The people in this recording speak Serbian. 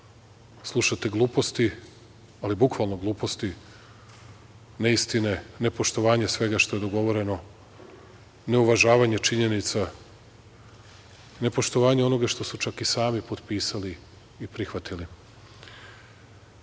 slušate gluposti, ali bukvalno gluposti, neistine, nepoštovanje svega što je dogovoreno, neuvažavanje činjenica, nepoštovanje onoga što su čak i sami potpisali i prihvatili. Na